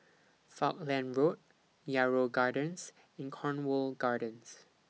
Falkland Road Yarrow Gardens and Cornwall Gardens